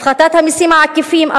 הפחתת המסים העקיפים.